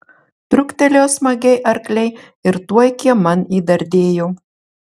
truktelėjo smagiai arkliai ir tuoj kieman įdardėjo